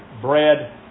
bread